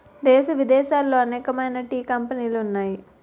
దేశ విదేశాలలో అనేకమైన టీ కంపెనీలు ఉన్నాయి